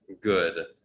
good